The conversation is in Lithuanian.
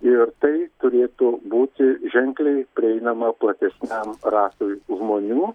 ir tai turėtų būti ženkliai prieinama platesniam ratui žmonių